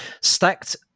Stacked